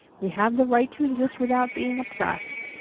we have the right to exist without being oppressed,